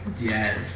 Yes